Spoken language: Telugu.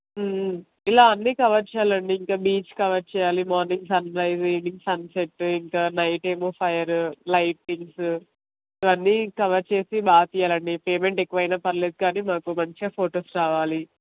ఇలా అన్నీ కవర్ చేయాలండి ఇంకా బీచ్ కవర్ చేయాలి మార్నింగ్ సన్రైస్ ఈవినింగ్ సన్సెట్ ఇంక నైట్ ఏమో ఫయరు లైటింగ్స్ ఇవన్నీ కవర్ చేసి బాగా తీయాలండి పేమెంట్ ఎక్కువైనా పర్లేదు కాని మాకు మంచిగా ఫొటోస్ రావాలి